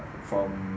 from